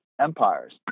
empires